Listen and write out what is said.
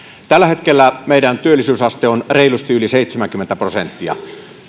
tällä hetkellä meidän työllisyysasteemme on reilusti yli seitsemänkymmentä prosenttia